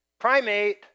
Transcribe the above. primate